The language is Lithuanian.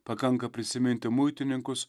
pakanka prisiminti muitininkus